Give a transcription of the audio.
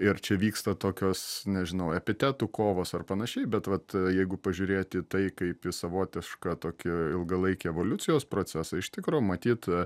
ir čia vyksta tokios nežinau epitetų kovos ar panašiai bet vat jeigu pažiūrėt į tai kaip į savotišką tokį ilgalaikį evoliucijos procesą iš tikro matyt